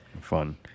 Fun